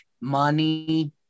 money